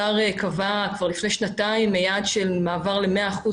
השר קבע כבר לפני שנתיים יעד של מעבר ל-100 אחוזים